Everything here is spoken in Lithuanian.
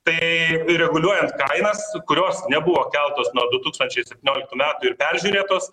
tai ir reguliuojant kainas kurios nebuvo keltos nuo du tūkstančiai septynioliktų metų ir peržiūrėtos